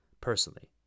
personally